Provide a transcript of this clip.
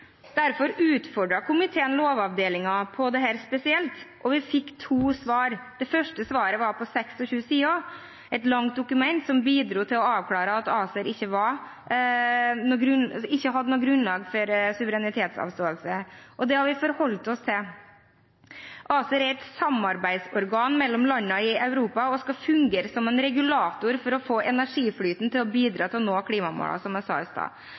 Derfor utfordret komiteen Lovavdelingen på dette spesielt. Vi fikk to svar. Det første svaret var på 26 sider – et langt dokument som bidro til å avklare at tilslutning til ACER ikke gir noe grunnlag for suverenitetsavståelse. Det har vi forholdt oss til. ACER er et samarbeidsorgan mellom landene i Europa og skal fungere som en regulator for å få energiflyten til å bidra til å nå klimamålene, som jeg sa i stad.